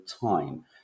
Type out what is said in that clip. time